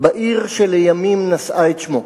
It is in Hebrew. בעיר שלימים נשאה את שמו.